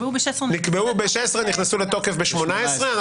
נקבעו ב- 2016 נכנסו לתוקף ב- 2018,